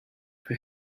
for